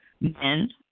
men